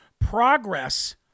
progress